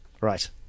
Right